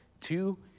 two